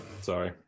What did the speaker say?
Sorry